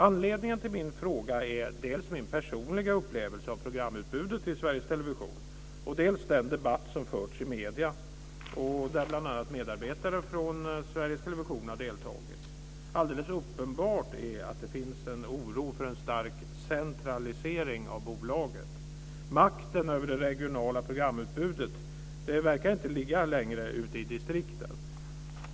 Anledningen till min fråga är dels min personliga upplevelse av programutbudet i Sveriges Television, dels den debatt som förts i medierna, där bl.a. medarbetare från Sveriges Television har deltagit. Alldeles uppenbart är att det finns en oro för en stark centralisering av bolaget. Makten över det regionala programutbudet verkar inte längre ligga ute i distrikten.